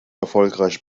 erfolgreich